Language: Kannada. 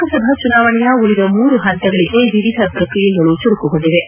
ಲೋಕಸಭಾ ಚುನಾವಣೆಯ ಉಳಿದ ಮೂರು ಹಂತಗಳಿಗೆ ವಿವಿಧ ಪ್ರಕ್ರಿಯೆಗಳು ಚುರುಕುಗೊಂಡಿವೆ